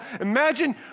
Imagine